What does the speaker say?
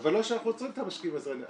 אבל לא שאנחנו עוצרים את המשקיעים הזרים.